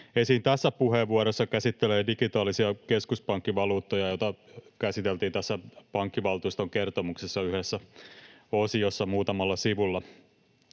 esiin tässä puheenvuorossa, käsittelee digitaalisia keskuspankkivaluuttoja, joita käsiteltiin tässä pankkivaltuuston kertomuksessa yhdessä osiossa muutamalla sivulla.